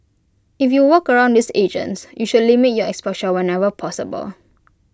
if you work around these agents you should limit your exposure whenever possible